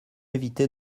éviter